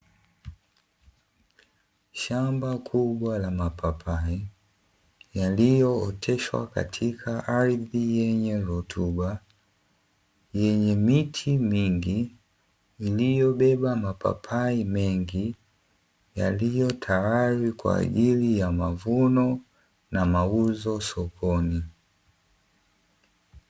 Shamba kubwa la mapapai yaliyo oteshwa katika ardhi yenye rutuba, yenye miti mingi iliyobeba mapapai mengi yaliyo tayari kwaajili ya mavuno na mauzo sokoni.